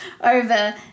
over